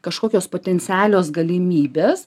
kažkokios potencialios galimybės